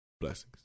Blessings